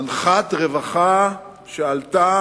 אנחת רווחה שעלתה